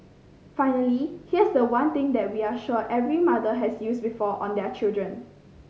finally here's the one thing that we are sure every mother has used before on their children